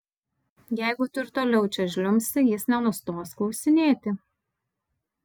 jeigu tu ir toliau čia žliumbsi jis nenustos klausinėti